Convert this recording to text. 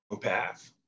path